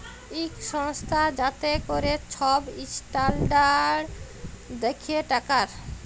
ইক সংস্থা যাতে ক্যরে ছব ইসট্যালডাড় দ্যাখে টাকার